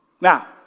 Now